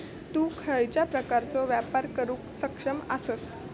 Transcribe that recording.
तु खयच्या प्रकारचो व्यापार करुक सक्षम आसस?